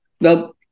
Now